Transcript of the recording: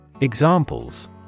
Examples